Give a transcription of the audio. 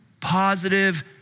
positive